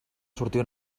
sortir